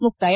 ಮುಕ್ತಾಯ